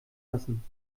lassen